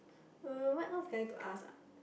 uh what else do i have to ask ah